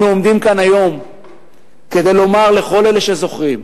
אנו עומדים כאן היום כדי לומר לכל אלה שזוכרים,